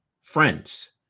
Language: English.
friends